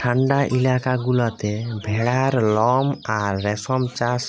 ঠাল্ডা ইলাকা গুলাতে ভেড়ার লম আর রেশম চাষ